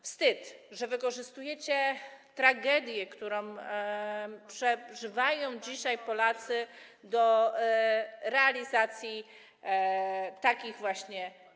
Wstyd, że wykorzystujecie tragedię, którą przeżywają dzisiaj Polacy, do realizacji takich właśnie.